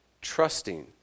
trusting